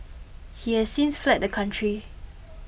he has since fled the country